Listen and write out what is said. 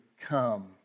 come